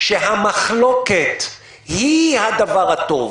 שאומר שהמחלוקת היא הדבר הטוב,